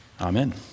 Amen